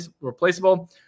replaceable